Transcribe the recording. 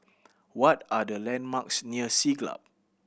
what are the landmarks near Siglap